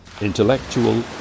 intellectual